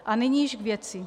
A nyní již k věci.